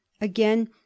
Again